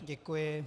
Děkuji.